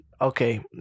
Okay